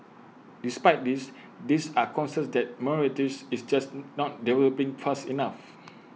despite this these are concerns that Mauritius is just not developing fast enough